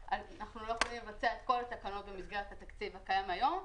אנחנו לא יכולים לבצע את כל התקנות במסגרת התקציב הקיים היום.